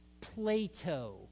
Plato